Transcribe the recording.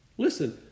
Listen